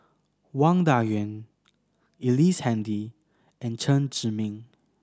Wang Dayuan Ellice Handy and Chen Zhiming